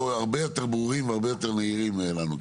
הרבה יותר ברורים והרבה יותר נהירים לנו.